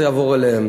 זה יעבור אליהם.